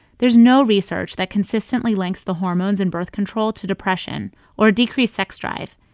there's no research that consistently links the hormones in birth control to depression or decreased sex drive.